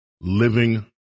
living